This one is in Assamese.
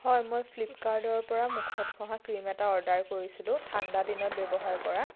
হয় মই ফ্লিপকাৰ্ডৰ পৰা মুখত ঘঁহা ক্ৰিম এটা অৰ্ডাৰ কৰিছিলোঁ ঠাণ্ডা দিনত ব্যৱহাৰ কৰা